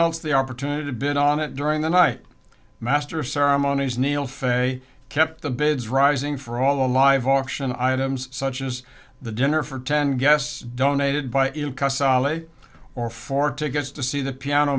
else the opportunity to bid on it during the night master of ceremonies neil ferry kept the bids rising for all the live auction items such as the dinner for ten guests donated by or for tickets to see the piano